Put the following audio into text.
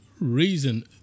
reason